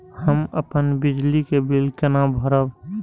हम अपन बिजली के बिल केना भरब?